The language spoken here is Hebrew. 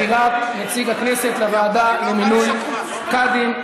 בחירת נציג הכנסת לוועדה למינוי קאדים.